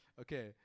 Okay